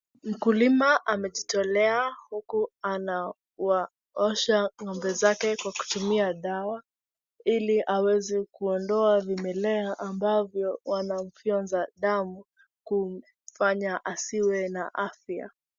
Mkulima amejitolea huku anawaosha ng'ombe zake kwa kutumia dawa ili aweze kuondoa vimelea ambavyo wanamfionza damu kumfanya asiwe na afya.